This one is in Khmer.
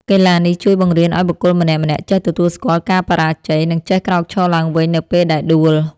កីឡានេះជួយបង្រៀនឱ្យបុគ្គលម្នាក់ៗចេះទទួលស្គាល់ការបរាជ័យ និងចេះក្រោកឈរឡើងវិញនៅពេលដែលដួល។